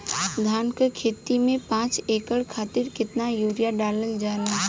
धान क खेती में पांच एकड़ खातिर कितना यूरिया डालल जाला?